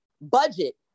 budget